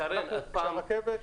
שרן,